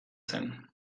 zen